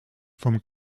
vom